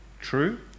True